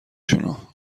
شونو